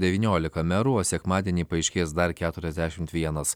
devyniolika merų o sekmadienį paaiškės dar keturiasdešimt vienas